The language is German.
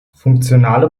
funktionale